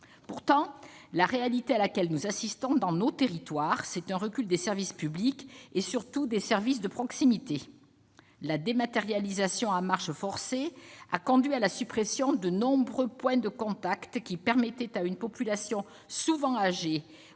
Pourtant, dans nos territoires, ce à quoi nous assistons, c'est à un recul des services publics, surtout des services de proximité. La dématérialisation à marche forcée a conduit à la suppression de nombreux points de contact qui permettaient à une population souvent âgée